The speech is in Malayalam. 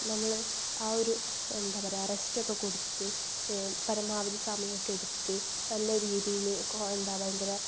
നമ്മൾ ആ ഒരു എന്താണ് പറയുക റസ്റ്റ് ഒക്കെ കൊടുത്ത് പരമാവധി സമയമൊക്കെ എടുത്ത് നല്ല രീതിയിൽ എന്താണ് ഭയങ്കര